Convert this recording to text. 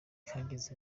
hageze